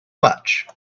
much